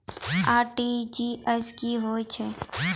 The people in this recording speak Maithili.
आर.टी.जी.एस की होय छै?